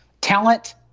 talent